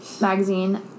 Magazine